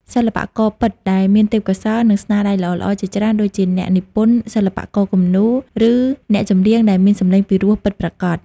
សិល្បករពិតដែលមានទេពកោសល្យ និងស្នាដៃល្អៗជាច្រើនដូចជាអ្នកនិពន្ធ សិល្បករគំនូរ ឬអ្នកចម្រៀងដែលមានសំឡេងពិរោះពិតប្រាកដ។